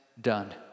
done